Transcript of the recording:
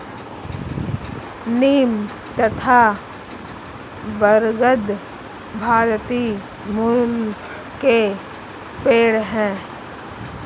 नीम तथा बरगद भारतीय मूल के पेड है